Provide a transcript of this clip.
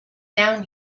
down